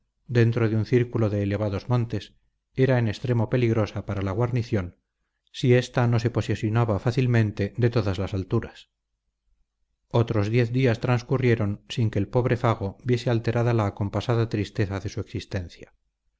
dentro de un círculo de elevados montes era en extremo peligrosa para la guarnición si ésta no se posesionaba fácilmente de todas las alturas otros diez días transcurrieron sin que el pobre fago viese alterada la acompasada tristeza de su existencia